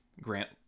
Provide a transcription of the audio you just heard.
Grant